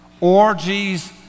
orgies